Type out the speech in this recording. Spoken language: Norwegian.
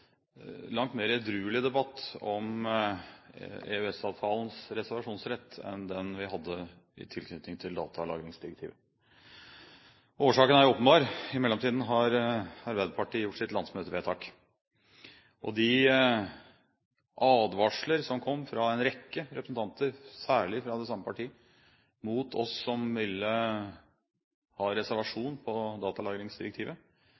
langt mer edruelig debatt om EØS-avtalens reservasjonsrett enn den vi hadde i tilknytning til datalagringsdirektivet. Årsaken er åpenbar – i mellomtiden har Arbeiderpartiet gjort sitt landsmøtevedtak. De advarsler som kom fra en rekke representanter, særlig fra det samme parti, rettet mot oss som ville ha